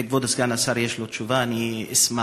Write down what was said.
אם לכבוד סגן השר יש תשובה, אני אשמח.